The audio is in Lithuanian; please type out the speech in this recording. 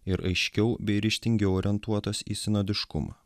ir aiškiau bei ryžtingiau orientuotos į sinodiškumą